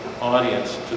audience